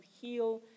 heal